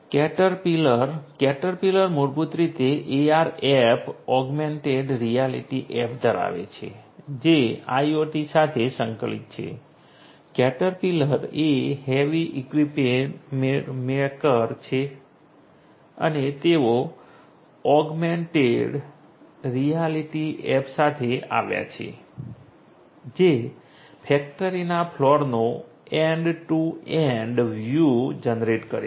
Caterpillar Caterpillar મૂળભૂત રીતે AR app augmented reality app ધરાવે છે જે IoT સાથે સંકલિત છે કેટરપિલર એ હેવી ઇક્વિપમેન્ટ મેકર છે અને તેઓ ઓગમેન્ટેડ રિયાલિટી એપ સાથે આવ્યા છે જે ફેક્ટરીના ફ્લોરનો end to end view generate કરે છે